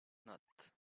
not